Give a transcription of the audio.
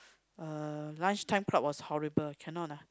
uh lunch time crowd was horrible cannot ah